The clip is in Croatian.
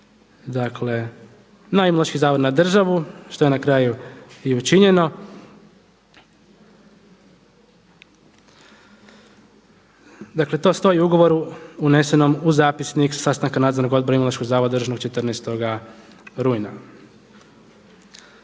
dakle na Imunološki zavod, na državu što je na kraju i učinjeno. Dakle, to stoji u ugovoru unesenom u zapisnik sastanka Nadzornog odbora Imunološkog zavoda održanog 14. rujna.